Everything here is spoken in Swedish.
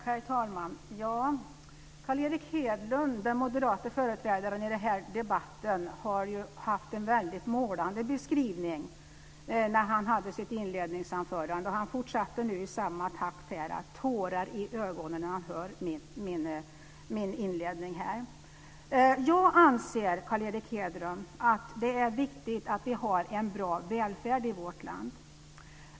Herr talman! Carl Erik Hedlund, den moderata företrädaren i debatten, gjorde en målande beskrivning i sitt inledningsanförande. Han fortsatte i samma takt här med att säga att han får tårar i ögonen när han hör min inledning. Jag anser, Carl Erik Hedlund, att det är viktigt att vi har en bra välfärd i vårt land.